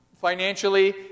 financially